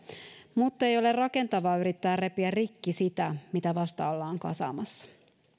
mutta ei ole rakentavaa yrittää repiä rikki sitä mitä vasta ollaan kasaamassa